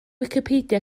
wicipedia